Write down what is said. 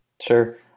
sure